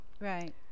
Right